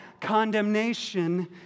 condemnation